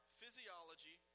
physiology